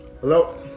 Hello